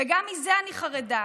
וגם מזה אני חרדה,